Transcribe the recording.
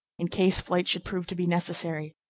in case flight should prove to be necessary.